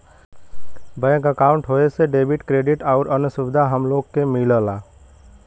bank अंकाउट होये से डेबिट, क्रेडिट आउर अन्य सुविधा हम लोग के मिलला